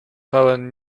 pełen